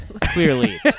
Clearly